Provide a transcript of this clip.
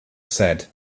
said